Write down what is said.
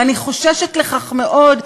ואני חוששת מכך מאוד,